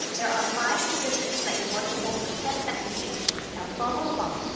there are five positions that you're going to hold for ten seconds each now follow along.